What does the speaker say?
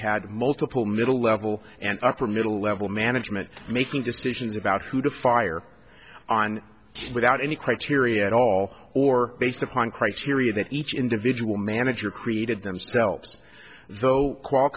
had multiple middle level and upper middle level management making decisions about who to fire on without any criteria at all or based upon criteria that each individual manager created themselves though